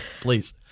please